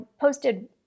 posted